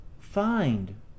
find